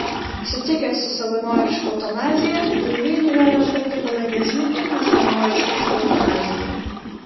sutikę su savanoriška eutanazija ilgainiui galime tapti palankesni ir nesavanoriškai eutanazijai